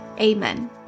Amen